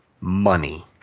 money